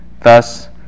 Thus